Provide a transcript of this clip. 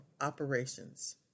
operations